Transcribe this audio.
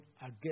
again